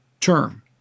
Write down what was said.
term